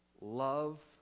love